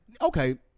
Okay